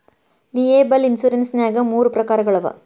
liable insurance ನ್ಯಾಗ್ ಮೂರ ಪ್ರಕಾರಗಳವ